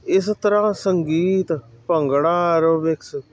ਇਸ ਤਰ੍ਹਾਂ ਸੰਗੀਤ ਭੰਗੜਾ ਐਰੋਵਿਕਸ